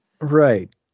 right